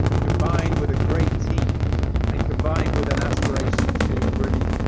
combined with a great team and combined with an aspiration to really